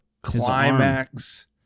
climax